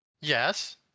Yes